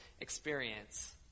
experience